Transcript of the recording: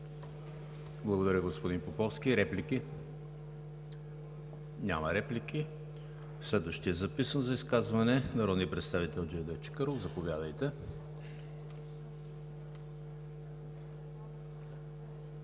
Благодаря, господин Поповски. Реплики? Няма реплики. Следващият записан за изказване е народният представител Джевдет Чакъров – заповядайте.